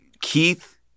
Keith